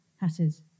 hatters